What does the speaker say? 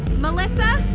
melissa!